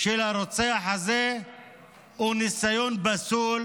של הרוצח הזה הוא ניסיון פסול,